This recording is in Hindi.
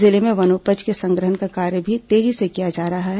जिले में वनोपज के संग्रहण का कार्य भी ेतेजी से किया जा रहा है